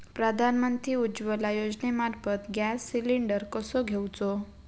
प्रधानमंत्री उज्वला योजनेमार्फत gas cylinder कसो घेऊचो?